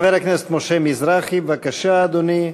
חבר הכנסת משה מזרחי, בבקשה, אדוני.